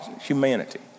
humanity